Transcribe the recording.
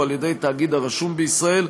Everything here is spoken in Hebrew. או על-ידי תאגיד הרשום בישראל,